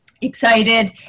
excited